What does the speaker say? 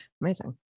amazing